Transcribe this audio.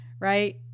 right